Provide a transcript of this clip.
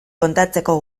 kontatzeko